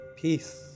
peace